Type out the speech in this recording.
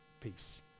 peace